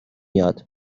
یاد